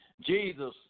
Jesus